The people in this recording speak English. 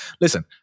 listen